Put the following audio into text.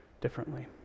differently